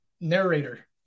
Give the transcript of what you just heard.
narrator